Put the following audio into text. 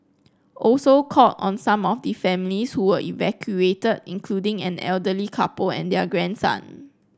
also called on some of the families who were evacuated including an elderly couple and their grandson